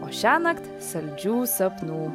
o šiąnakt saldžių sapnų